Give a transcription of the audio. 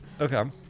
Okay